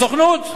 בסוכנות.